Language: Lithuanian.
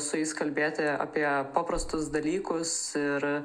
su jais kalbėti apie paprastus dalykus ir